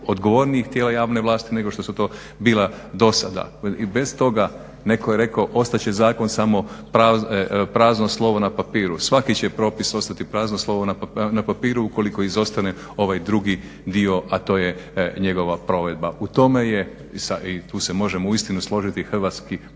odgovornijih tijela javne vlasti nego što su to bila dosada. I bez toga, netko je rekao, ostat će zakon samo prazno slovo na papiru. Svaki će propis ostati prazno slovo na papiru ukoliko izostane ovaj drugi dio, a to je njegova provedba. U tome je i tu se možemo uistinu složiti hrvatski pravni